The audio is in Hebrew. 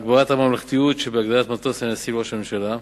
הגברת הממלכתיות שבהגדרת מטוס לנשיא ולראש ממשלה.